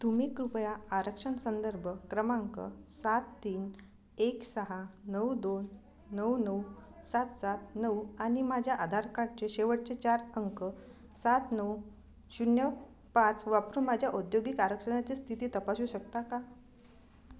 तुम्ही कृपया आरक्षण संदर्भ क्रमांक सात तीन एक सहा नऊ दोन नऊ नऊ सात सात नऊ आणि माझ्या आधार कार्डचे शेवटचे चार अंक सात नऊ शून्य पाच वापरून माझ्या औद्योगिक आरक्षणाची स्थिती तपासू शकता का